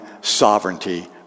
sovereignty